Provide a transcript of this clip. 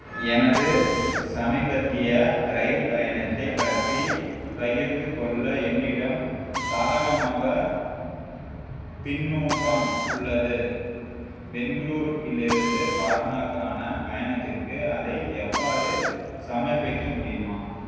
எனது சமீபத்திய ரயில் பயணத்தைப் பற்றி பகிர்ந்து கொள்ள என்னிடம் சாதகமாக பின்னூட்டம் உள்ளது பெங்களூரில் இருந்து பாட்னாக்கான பயணத்திற்கு அதை எவ்வாறு சமர்ப்பிக்க முடியுமா